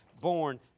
born